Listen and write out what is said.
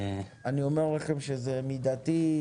אני אומר לכם שזה מידתי,